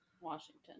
Washington